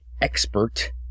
expert